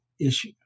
issue